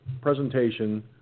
presentation